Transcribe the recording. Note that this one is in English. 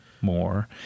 more